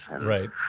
Right